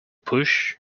push